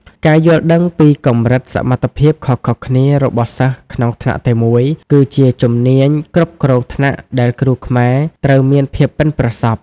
ការយល់ដឹងពីកម្រិតសមត្ថភាពខុសៗគ្នារបស់សិស្សក្នុងថ្នាក់តែមួយ គឺជាជំនាញគ្រប់គ្រងថ្នាក់ដែលគ្រូខ្មែរត្រូវមានភាពប៉ិនប្រសប់។